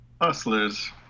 Hustlers